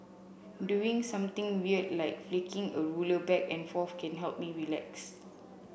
doing something weird like flicking a ruler back and forth can help me relax